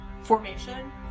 formation